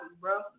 bro